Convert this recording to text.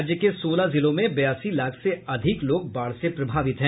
राज्य के सोलह जिलों में बयासी लाख से अधिक लोग बाढ़ से प्रभावित हैं